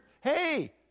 hey